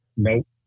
Nope